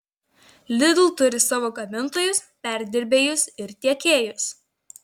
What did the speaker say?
lidl turi savo gamintojus perdirbėjus ir tiekėjus